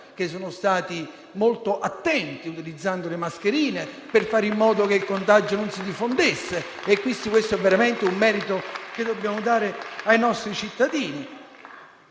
che sono stati molto attenti utilizzando le mascherine per fare in modo che il contagio non si diffondesse. Questo è veramente un merito che dobbiamo attribuire ai nostri cittadini.